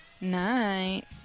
Night